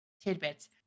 tidbits